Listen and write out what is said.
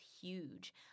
huge